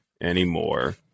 anymore